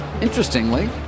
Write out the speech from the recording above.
Interestingly